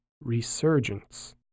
resurgence